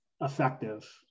effective